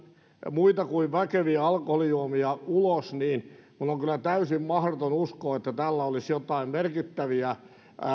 muita kuin väkeviä alkoholijuomia ulos niin minun on kyllä täysin mahdotonta uskoa että tällä olisi jotain merkittäviä